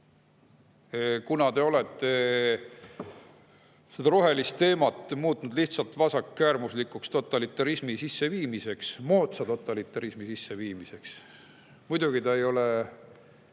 kuna te olete seda rohelist teemat muutnud lihtsalt vasakäärmuslikuks totalitarismi sisseviimiseks, moodsa totalitarismi sisseviimiseks ... Muidugi ta ei ole